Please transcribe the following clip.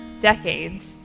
decades